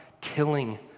tilling